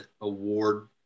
award